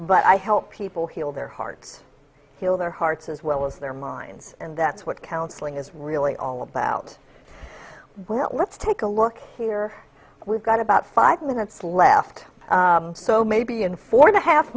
but i help people heal their hearts heal their hearts as well as their minds and that's what counseling is really all about well let's take a look here we've got about five minutes left so maybe in for